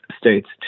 states